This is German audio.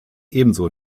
ebenso